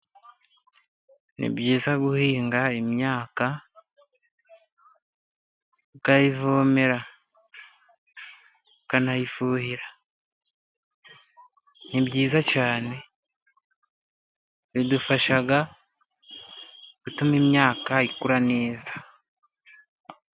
Ni byiza guhinga imyaka ukayivomera, ukanayifuhira. Ni byiza cyane, bidufasha gutuma imyaka ikura neza.